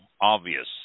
obvious